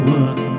one